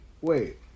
Wait